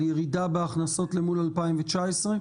על ירידה בהכנסות למול 2019?